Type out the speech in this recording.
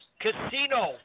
Casino